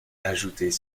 ajoutait